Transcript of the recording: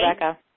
Rebecca